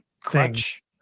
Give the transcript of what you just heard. Crunch